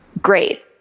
great